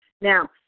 Now